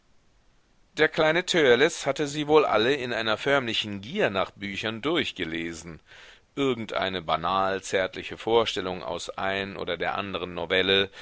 der kleine törleß hatte sie wohl alle in einer förmlichen gier nach büchern durchgelesen irgendeine banal zärtliche vorstellung aus ein oder der anderen novelle